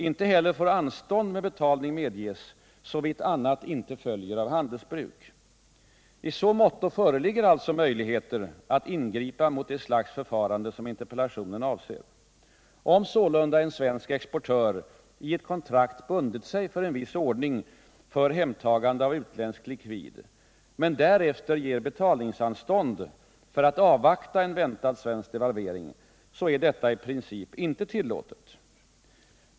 Icke heller får anstånd med betalning medges, såvitt annat inte följer av handelsbruk. I så måtto föreligger alltså möjligheter att ingripa mot det slags förfarande som interpellanten avser. Om sålunda en svensk exponör i ett kontrakt bundit sig för en viss ordning för hemtagande av utländsk likvid men därefter ger betalningsanstånd för att avvakta en väntad svensk devalvering, är detta i princip inte tillåtet.